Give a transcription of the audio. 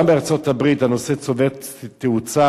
גם בארצות-הברית הנושא צובר תאוצה,